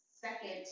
second